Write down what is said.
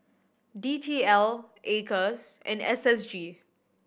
D T L Acres and S S G